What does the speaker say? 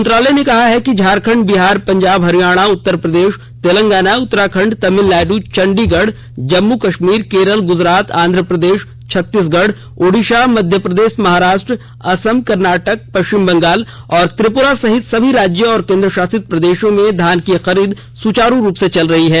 मंत्रालय ने कहा कि झारखंड बिहार पंजाब हरियाणा उत्तर प्रदेश तेलंगाना उत्तराखंड तमिलनाडु चंडीगढ जम्मू कश्मीर केरल गुजरात आंध्र प्रदेश छत्तीसगढ़ ओडिशा मध्य प्रदेश महाराष्ट्र असम कर्नाटक पश्चिम बंगाल और त्रिपुरा सहित सभी राज्यों और केन्द्रशासित प्रदेशों में धान की खरीद सुचारू रूप से चल रही है